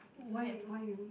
why why you